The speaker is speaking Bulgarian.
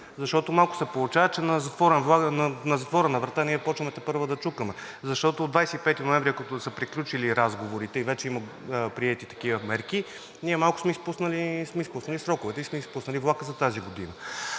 Защото малко се получава, че на затворена врата ние започваме тепърва да чукаме. Защото от 25 ноември ако са приключили разговорите и вече има приети такива мерки, ние малко сме изпуснали сроковете и сме изпуснали влака за тази година.